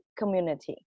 community